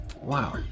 Wow